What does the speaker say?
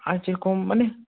আর যেরকম মানে